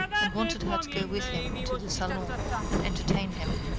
and wanted her to go with him into the salon and entertain him.